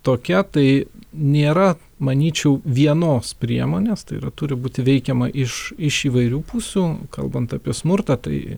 tokia tai nėra manyčiau vienos priemonės tai yra turi būti veikiama iš iš įvairių pusių kalbant apie smurtą tai